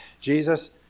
Jesus